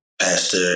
pastor